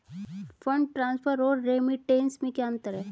Fund transfer और remittance में क्या अंतर है?